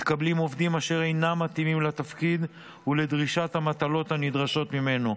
מתקבלים עובדים אשר אינם מתאימים לתפקיד ולדרישת המטלות הנדרשות ממנו.